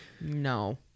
No